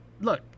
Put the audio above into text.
look